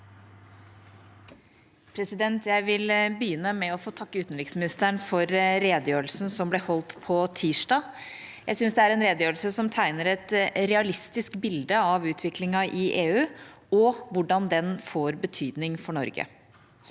le- der): Jeg vil begynne med å få takke utenriksministeren for redegjørelsen som ble holdt på tirsdag. Jeg syns det er en redegjørelse som tegner et realistisk bilde av utviklingen i EU og hvordan den får betydning for Norge.